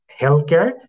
healthcare